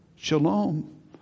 Shalom